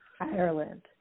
Ireland